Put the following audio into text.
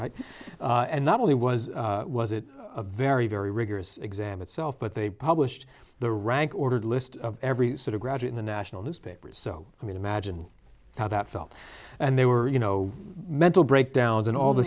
and not only was it was it a very very rigorous exam it self but they published the rank ordered list of every sort of graduate the national newspapers so i mean imagine how that felt and they were you know mental breakdowns and all th